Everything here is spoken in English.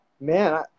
Man